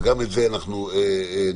וגם לזה אנחנו נגיע.